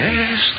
Yes